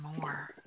more